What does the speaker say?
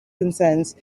concerns